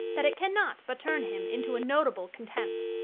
that it cannot but turn him into a notable contempt.